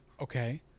okay